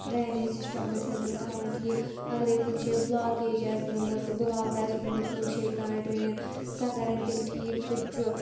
drainage system گژھن تِم تھاوٕنۍ ٹھیٖک اَگرَے کُنہِ جایہِ بُلاکیج آسہِ گٔمٕژ بٕلاک آسہِ گوٚمُت کُنہِ جایہِ کانٛہہ ڈرٛین سۄ کَران تِم ٹھیٖک سُہ تہِ چھُ